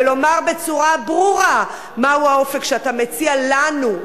ולומר בצורה ברורה מהו האופק שאתה מציע לנו,